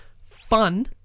fun